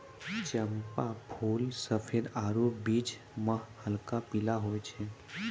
चंपा फूल सफेद आरु बीच मह हल्क पीला होय छै